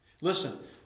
Listen